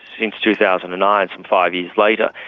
since two thousand and nine, some five years later,